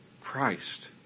Christ